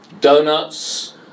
Donuts